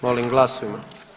Molim glasujmo.